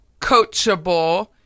Coachable